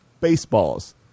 Baseballs